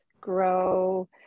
grow